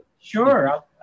sure